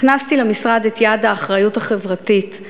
הכנסתי למשרד את יעד האחריות החברתית,